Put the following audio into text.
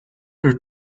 her